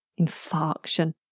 infarction